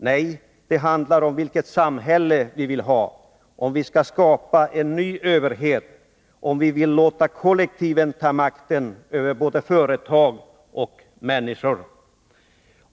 Nej, det handlar om vilket samhälle vi vill ha, om vi skall skapa en ny överhet, om vi vill låta kollektiven ta makten över både företag och människor.